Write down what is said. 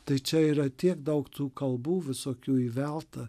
tai čia yra tiek daug tų kalbų visokių įvelta